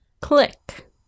click